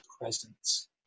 presence